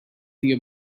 their